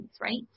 right